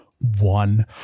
one